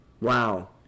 Wow